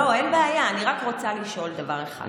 אין בעיה, אני רק רוצה לשאול דבר אחד.